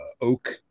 oak